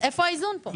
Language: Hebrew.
איפה האיזון פה?